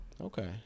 okay